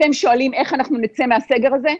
אתם שואלים איך אנחנו נצא מהסגר הזה?